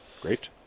great